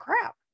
crap